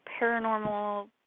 paranormal